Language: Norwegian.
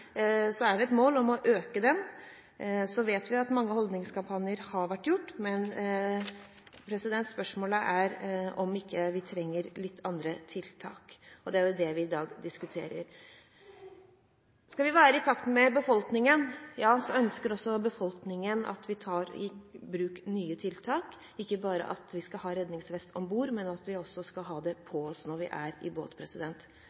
Det er et mål om å øke den prosenten. Vi vet at mange holdningskampanjer har vært gjennomført, men spørsmålet er om vi ikke trenger litt andre tiltak. Det er det vi i dag diskuterer. Skal vi være i takt med befolkningen, ønsker også befolkningen at vi tar i bruk nye tiltak, ikke bare at vi skal ha redningsvest om bord, men at vi også skal ha